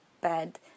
bad